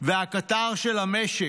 והקטר של המשק,